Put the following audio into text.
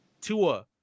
Tua